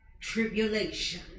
tribulation